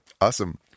Awesome